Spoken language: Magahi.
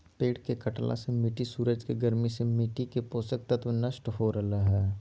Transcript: पेड़ के कटला से मिट्टी सूरज के गर्मी से मिट्टी के पोषक तत्व नष्ट हो रहल हई